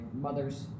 mother's